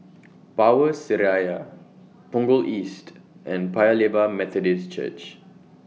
Power Seraya Punggol East and Paya Lebar Methodist Church